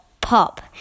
pop